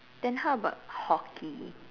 then how about hockey